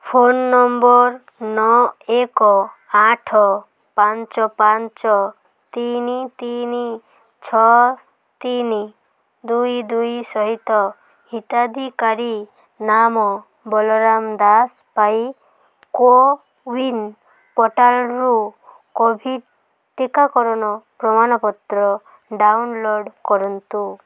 phone number ନଅ ଏକ ଆଠ ପାଞ୍ଚ ପାଞ୍ଚ ତିନି ତିନି ଛଅ ତିନି ଦୁଇ ଦୁଇ ସହିତ ହିତାଧିକାରୀ ନାମ ବଳରାମ ଦାସ ପାଇଁ କୋୱିନ୍ ପୋର୍ଟାଲ୍ରୁ କୋଭିଡ଼୍ ଟିକାକରଣ ପ୍ରମାଣପତ୍ର ଡାଉନଲୋଡ଼୍ କରନ୍ତୁ